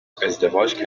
ازدواج